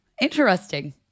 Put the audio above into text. Interesting